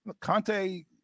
Conte